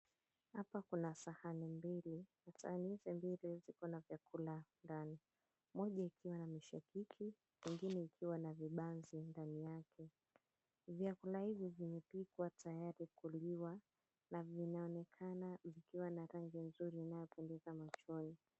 Hapa kuna sahani mbili na sahani hizi mbili zikona vyakula ndani. Moja ikiwa na mishikiki nyingine ikiwa na vibanzi ndani yake. Vyakula hivi vimepikwa tayari kuliwa na vinaonekana vikiwa na rangi nzuri inayopendeza machoni.